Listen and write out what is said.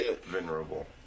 venerable